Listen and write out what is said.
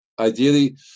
Ideally